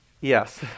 Yes